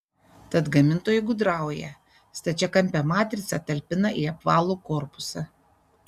tad gamintojai gudrauja stačiakampę matricą talpina į apvalų korpusą